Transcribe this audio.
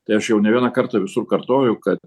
tai aš jau ne vieną kartą visur kartoju kad